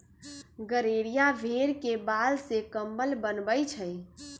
गड़ेरिया भेड़ के बाल से कम्बल बनबई छई